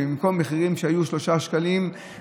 במקום שהמחיר היה שלושה שקלים,